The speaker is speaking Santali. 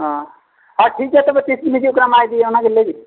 ᱦᱚᱸ ᱦᱳᱭ ᱴᱷᱤᱠ ᱜᱮᱭᱟ ᱛᱚᱵᱮ ᱛᱤᱥ ᱵᱤᱱ ᱦᱤᱡᱩᱜ ᱠᱟᱱᱟ ᱢᱟ ᱤᱫᱤ ᱚᱱᱟ ᱜᱮ ᱞᱟᱹᱭ ᱵᱤᱱ